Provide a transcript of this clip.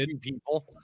people